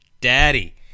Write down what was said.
Daddy